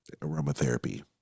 aromatherapy